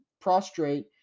prostrate